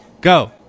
go